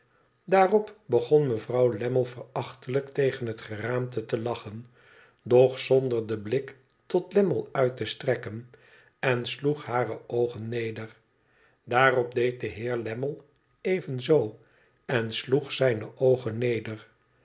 daarop begon mevrouw lammie verachtelijk tegen het geraamte te lachen doch zonder den blik tot lammie uit te strekken en sloeg hare oogen neder daarop deed de heer lammie evenzoo en sloeg zijne oogen neder